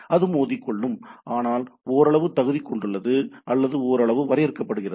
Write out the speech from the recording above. அது மோதிக் கொள்ளும் ஆனால் அது ஓரளவு தகுதி கொண்டுள்ளது அல்லது ஓரளவு வரையறுக்கப்படுகிறது